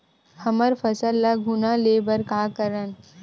हमर फसल ल घुना ले बर का करन?